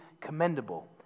commendable